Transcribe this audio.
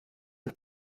und